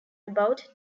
about